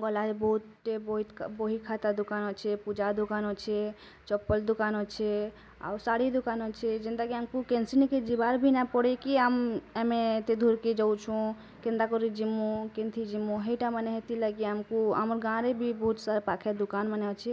ଗଲା ଏ ବହି ଖାତା ଦୁକାନ୍ ଅଛି ପୂଜା ଦୋକାନ୍ ଅଛି ଚପଲ ଦୁକାନ୍ ଅଛି ଆଉ ଶାଢ଼ୀ ଦୁକାନ୍ ଅଛି ଯେନ୍ତା କି ଏଙ୍କୁ କେନସିନ କି ଯିବାର ନା ପଡ଼େ କି ଆମ ଆମେ ଏତେ ଦୂରକେ ଯାଇଛୁଁ କେନ୍ତା କରି ଜିମୁଁ କେନ୍ଥି ଜିମୁଁ ହେଇଟା ମାନେ ହେଥିଲାଗି ଆମକୁ ଆମର୍ ଗାଁରେ ବି ବହୁ ସାରା ପାଖରେ ଦୁକାନମାନେ ଅଛି